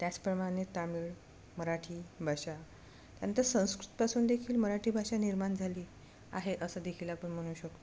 त्याचप्रमाणे तामिळ मराठी भाषा त्यानंतर संस्कृतपासून देखील मराठी भाषा निर्माण झाली आहे असं देखील आपण म्हणू शकतो